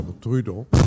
Trudeau